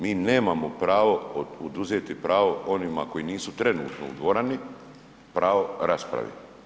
Mi nemamo pravo oduzeti pravo onima koji nisu trenutno u dvorani, pravo rasprave.